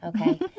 Okay